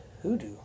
hoodoo